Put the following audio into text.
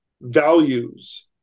values